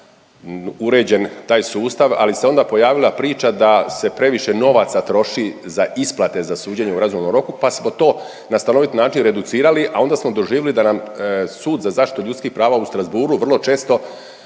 uređen taj sustav, ali se onda pojavila priča da se previše novaca troši za isplate za suđenje u razumnom roku pa smo to na stanovit način reducirali, a onda smo doživili da nam Sud za zaštitu ljudskih prava u Strasbourgu vrlo često